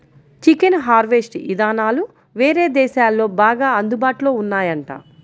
chicken harvest ఇదానాలు వేరే దేశాల్లో బాగా అందుబాటులో ఉన్నాయంట